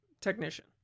Technician